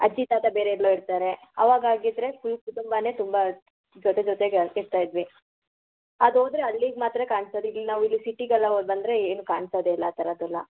ಅಜ್ಜಿ ತಾತ ಬೇರೆ ಎಲ್ಲೊ ಇರ್ತಾರೆ ಅವಾಗ ಆಗಿದ್ದರೆ ಫುಲ್ ಕುಟುಂಬನೇ ತುಂಬ ಜೊತೆ ಜೊತೆಗೆ ಇದ್ವಿ ಅದು ಹೋದ್ರೆ ಅಲ್ಲಿಗೆ ಮಾತ್ರ ಕಾಣ್ಸದು ಇದು ಈಗಿಲ್ಲ್ ನಾವು ಇಲ್ಲಿ ಸಿಟಿಗೆಲ್ಲ ಹೋಗ್ ಬಂದರೆ ಏನು ಕಾಣಿಸದೆ ಇಲ್ಲ ಆ ಥರದ್ದೆಲ್ಲ